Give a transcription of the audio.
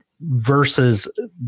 versus